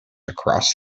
across